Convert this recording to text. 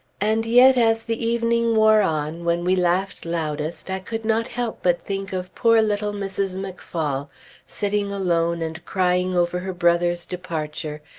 and yet, as the evening wore on, when we laughed loudest i could not help but think of poor little mrs. mcphaul sitting alone and crying over her brother's departure,